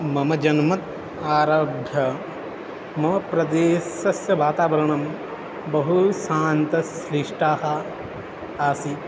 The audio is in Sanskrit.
मम जन्मनः आरभ्य मम प्रदेशस्य वातावरणं बहुशान्तिसृष्टा आसीत्